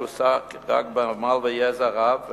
שהושג רק בעמל ויזע רב,